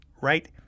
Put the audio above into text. right